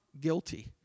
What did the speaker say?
guilty